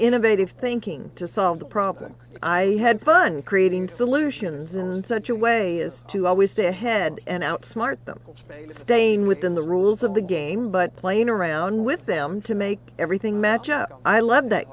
innovative thinking to solve the problem i had fun creating solutions in such a way as to always stay ahead and outsmart them staying within the rules of the game but playing around with them to make everything match up i loved that